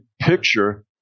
picture